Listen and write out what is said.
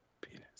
Penis